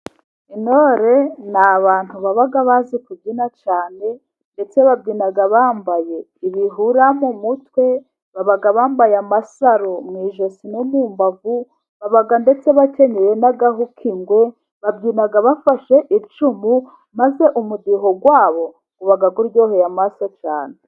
Intore ni abantu baba bazi kubyina cyane ndetse babyina bambaye ibihura mu mutwe. Babaga bambaye amasaro mu ijosi no mumbavu. Baba ndetse bakenyeye n'agahu k'ingwe. Babyina bafashe icumu maze umudiho wabo, uba uryoheye amaso cyane.